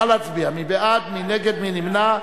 נא להצביע, מי בעד, מי נגד, מי נמנע.